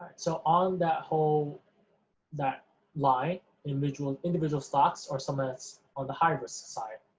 so on that whole that line individual individual stocks are something that's on the high-risk side,